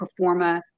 performa